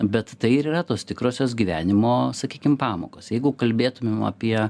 bet tai ir yra tos tikrosios gyvenimo sakykim pamokos jeigu kalbėtumėm apie